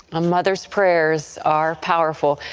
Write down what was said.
a mother's prayers are powerful.